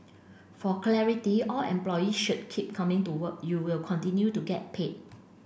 for clarity all employee should keep coming to work you will continue to get paid